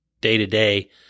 day-to-day